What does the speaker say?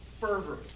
fervor